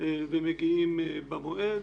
ומגיעים במועד.